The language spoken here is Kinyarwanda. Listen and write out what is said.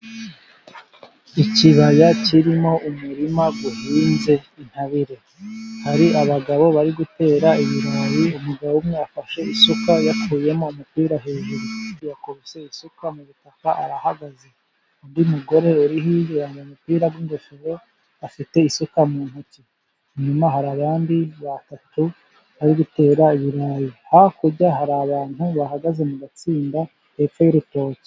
Ikibaya kirimo umurima uhinze intabire, hari abagabo bari gutera ibirayi. Umugabo umwe afashe isuka yakuyemo umupira hejuru yakubise isuka mu butaka arahagaze, undi mugore uri hirya yambaye umupira n'ingofero afite isuka mu ntoki. Inyuma hari abandi batatu bari gutera ibirayi, hakurya hari abantu bahagaze mu gatsinda hepfo y'urutoki.